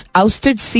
ousted